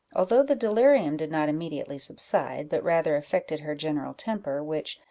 although the delirium did not immediately subside, but rather affected her general temper, which,